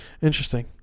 Interesting